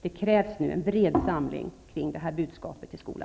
Det krävs nu en bred samling kring detta budskap i vår skola.